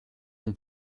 non